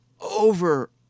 over